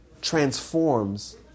transforms